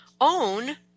Own